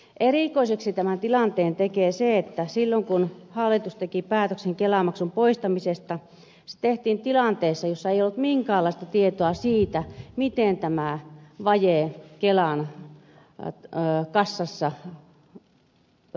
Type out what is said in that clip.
erikoiseksi tämän tilanteen tekee se että kun hallitus teki päätöksen kelamaksun poistamisesta se tehtiin tilanteessa jossa ei ollut minkäänlaista tietoa siitä miten tämä vaje kelan kassassa täytetään